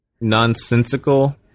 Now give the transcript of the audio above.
nonsensical